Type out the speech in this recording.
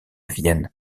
vienne